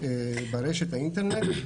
ברשת האינטרנט.